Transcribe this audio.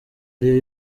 ariyo